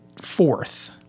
fourth